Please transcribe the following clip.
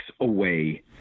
away